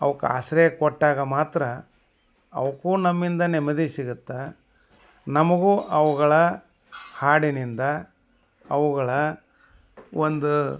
ಅವ್ಕೆ ಆಶ್ರಯ ಕೊಟ್ಟಾಗ ಮಾತ್ರ ಅವಕ್ಕೂ ನಮ್ಮಿಂದ ನೆಮ್ಮದಿ ಸಿಗುತ್ತೆ ನಮಗೂ ಅವುಗಳ ಹಾಡಿನಿಂದ ಅವುಗಳ ಒಂದು